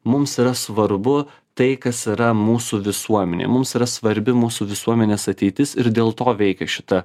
mums yra svarbu tai kas yra mūsų visuomenė mums yra svarbi mūsų visuomenės ateitis ir dėl to veikia šita